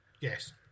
Yes